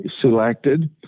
selected